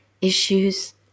issues